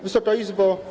Wysoka Izbo!